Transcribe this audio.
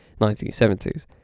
1970s